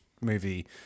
movie